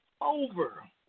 over